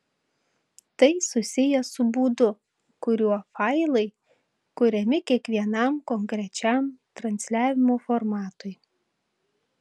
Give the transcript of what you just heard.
tai susiję su būdu kuriuo failai kuriami kiekvienam konkrečiam transliavimo formatui